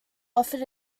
offered